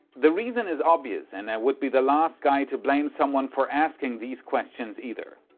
the reason is obvious and i would be the last guy to blame someone for asking these questions either.